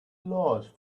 large